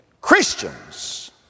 Christians